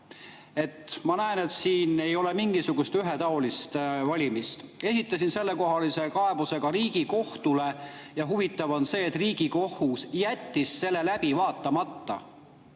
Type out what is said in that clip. Ma näen, et siin ei ole mingisugust ühetaolist valimist. Ma esitasin selle kohta kaebuse ka Riigikohtule. Huvitav on see, et Riigikohus jättis selle läbi vaatamata.